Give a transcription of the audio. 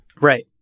Right